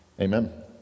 Amen